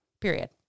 period